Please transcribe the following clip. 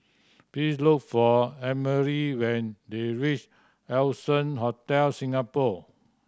please look for Emery when you reach Allson Hotel Singapore